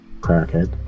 crackhead